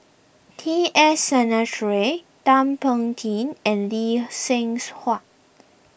T S Sinnathuray Thum Ping Tjin and Lee Seng's Huat